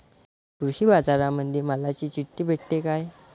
कृषीबाजारामंदी मालाची चिट्ठी भेटते काय?